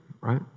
right